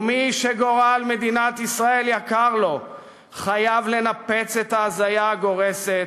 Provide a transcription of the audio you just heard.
ומי שגורל מדינת ישראל יקר לו חייב לנפץ את ההזיה הגורסת